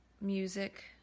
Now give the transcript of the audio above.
music